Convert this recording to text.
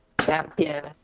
champion